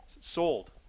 sold